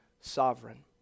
Sovereign